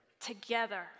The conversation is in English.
together